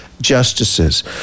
justices